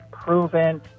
proven